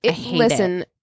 Listen